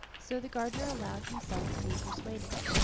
so the gardener allowed himself to be persuaded,